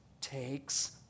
takes